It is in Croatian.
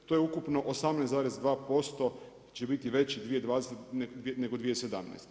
To je ukupno 18,2% će biti veći 2020. nego 2017.